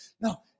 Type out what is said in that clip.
No